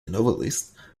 novelist